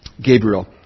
Gabriel